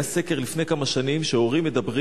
היה סקר לפני כמה שנים שהורים מדברים